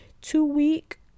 two-week